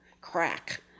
crack